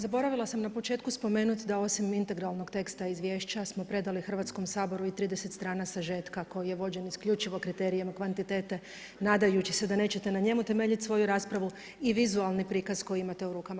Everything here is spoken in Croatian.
Zaboravila sam na početku spomenuti da osim integralnog teksta izvješća smo predali Hrvatskom saboru i 30 strana sažetka koji je vođen isključivo kriterijem kvantitete nadajući se da nećete na njemu temeljiti svoju raspravu i vizualni prikaz koji imate u rukama.